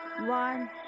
one